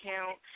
account